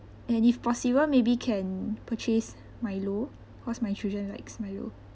and if possible maybe can purchase milo cause my children likes milo